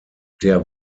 der